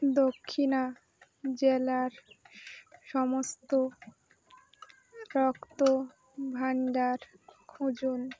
দক্ষিণা জেলার সমস্ত রক্তভাণ্ডার খুঁজুন